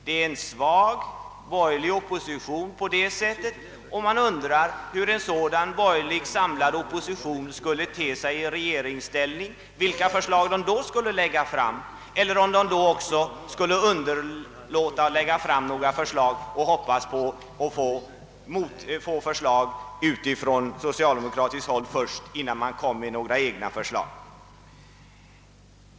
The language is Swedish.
Det är på det sättet en svag borgerlig opposition, och man undrar hur den samlade borgerligheten skulle te sig i regeringsställning och vilka förslag som då skulle läggas fram. Skulle man då också hoppas på att få förslag från socialdemokraterna innan man lägger fram egna?